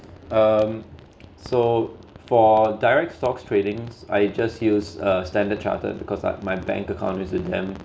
um so for direct stocks tradings I just use uh Standard Chartered because uh my bank account is in them